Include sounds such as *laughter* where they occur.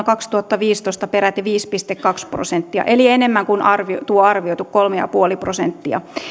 *unintelligible* kaksituhattaviisitoista sekä peräti viisi pilkku kaksi prosenttia vuonna kaksituhattaviisitoista eli enemmän kuin arvioitu kolme pilkku viisi prosenttia